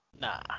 Nah